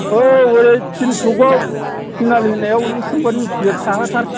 औ ओरै सगाव थिनालि होननायाव नों सोंबानो मिथिगोन साहा थार